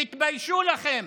תתביישו לכם.